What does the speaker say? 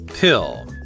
Pill